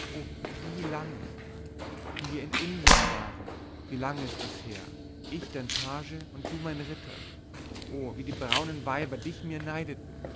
wie lange wie wir in indien waren wie lange ist das her ich dein page und du mein ritter o wie die braunen weiber dich mir neideten